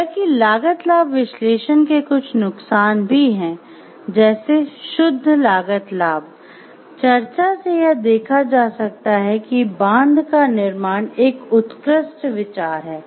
हालांकि लागत लाभ विश्लेषण के कुछ नुकसान भी हैं जैसे "शुद्ध लागत लाभ" चर्चा से यह देखा जा सकता है कि बांध का निर्माण एक उत्कृष्ट विचार है